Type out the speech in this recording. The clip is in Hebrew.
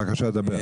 בבקשה, דבר.